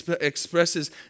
expresses